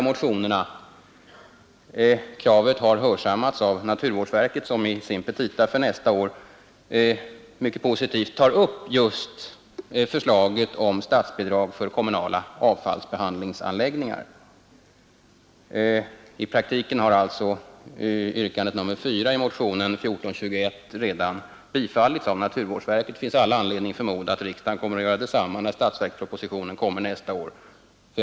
Bidragskravet har hörsammats av naturvårdsverket som i sina petita för nästa år mycket positivt tar upp just förslaget om statsbidrag för kommunala avfallsbehandlingsanläggningar. I praktiken har alltså yrkandet nr 4 i motionen 1421 redan tillstyrkts av naturvårdsverket, och det finns all anledning förmoda att riksdagen kommer att bifalla det när statsverkspropositionen för nästa år kommer.